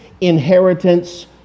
inheritance